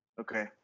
Okay